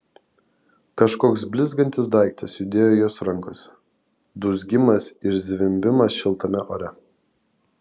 kažkoks blizgantis daiktas judėjo jos rankose dūzgimas ir zvimbimas šiltame ore